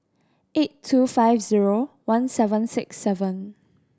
eight two five zero one seven six seven